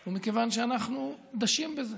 הוא מכיוון שאנחנו דשים בזה.